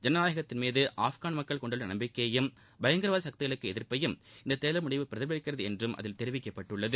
ஜனநாயத்தின் மீது ஆப்கன் மக்கள் கொண்டுள்ள நம்பிக்கையையும் பயங்கரவாத சக்திகளுக்கு எதிர்ப்பையும் இந்த தேர்தல் முடிவு பிரதிபலிக்கிறது என்று அதில் தெரிவிக்கப்பட்டுள்ளது